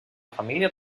família